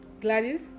Gladys